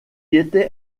était